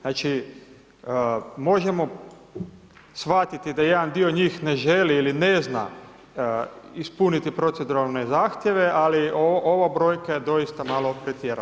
Znači možemo shvatiti da jedan dio njih ne želi ili ne zna ispuniti proceduralne zahtjeve ali ova brojka je doista malo pretjerana.